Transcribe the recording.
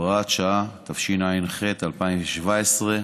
(הוראת שעה), התשע"ח 2017,